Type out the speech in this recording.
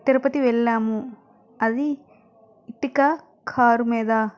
తిరుపతి వెళ్ళాము అది Ertiga car మీద